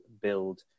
build